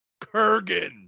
Kurgan